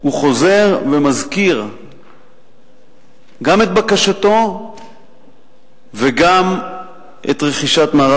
הוא חוזר ומזכיר גם את בקשתו וגם את רכישת מערת